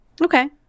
Okay